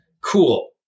Cool